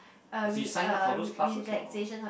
as you sign up for those classes or